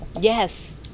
Yes